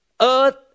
earth